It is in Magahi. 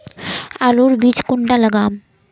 आलूर बीज कुंडा लगाम?